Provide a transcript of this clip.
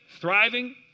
Thriving